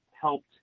helped